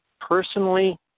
personally